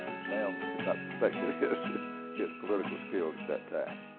sam had not perfected his his political skills at that time.